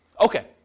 Okay